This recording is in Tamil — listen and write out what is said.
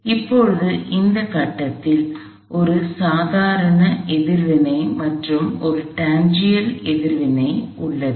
இப்போது இந்த கட்டத்தில் ஒரு சாதாரண எதிர்வினை மற்றும் ஒரு டான்ஜென்ஷியல் எதிர்வினை உள்ளது